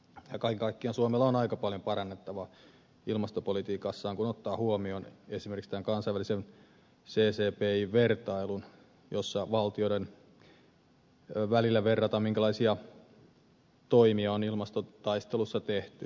kaiken kaikkiaan suomella on aika paljon parannettavaa ilmastopolitiikassaan kun ottaa huomioon esimerkiksi tämän kansainvälisen ccpi vertailun jossa valtioiden välillä verrataan minkälaisia toimia on ilmastotaistelussa tehty